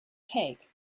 cake